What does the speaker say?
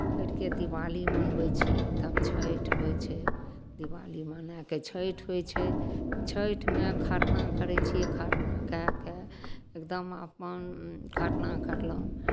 करि कऽ दिवाली मनबै छियै तब छठि होइ छै दिवाली मनाय कऽ छठि होइ छै छठिमे खरना करै छियै खरना कए कऽ एकदम अपन खरना करलहुँ